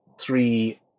three